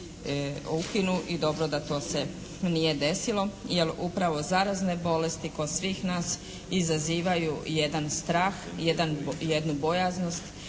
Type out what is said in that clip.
ukinu i dobro da to se nije desilo, jer upravo zarazne bolest kod svih nas izazivaju jedan strah, jednu bojaznost